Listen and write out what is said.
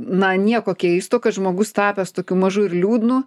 na nieko keisto kad žmogus tapęs tokiu mažu ir liūdnu